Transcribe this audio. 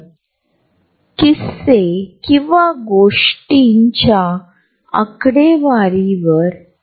दोन लोकांच्या संवादात दोघांपैकी कोण बचावात्मक आहे आणि कोणते आक्रमक आहे